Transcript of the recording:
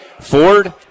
Ford